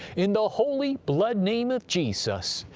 in the holy blood-name of jesus,